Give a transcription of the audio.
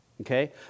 okay